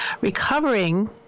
recovering